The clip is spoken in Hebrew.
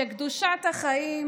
שקדושת החיים